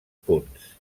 punts